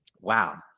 Wow